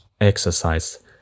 exercise